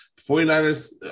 49ers